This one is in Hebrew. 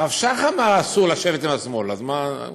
הרב שך אמר שאסור לשבת עם השמאל, אז מה?